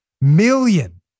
million